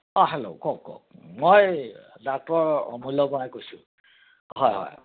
অঁ হেল্ল' কওক কওক মই ডাক্তৰ অমূল্য বৰাই কৈছোঁ হয় হয়